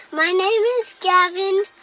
my name is gavin.